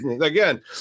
Again